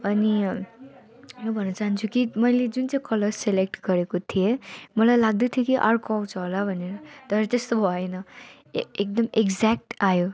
अनि यो भन्न चाहन्छु कि मैले जुन चाहिँ कलर सेलेक्ट गरेको थिएँ मलाई लाग्दैथ्यो कि अर्को आउँछ होला भनेर तर त्यस्तो भएन ए एकदम एक्ज्याक्ट आयो